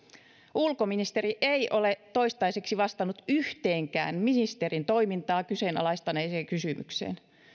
ulkoministeri ei ole toistaiseksi vastannut yhteenkään ministerin toimintaa kyseenalaistaneeseen kysymykseen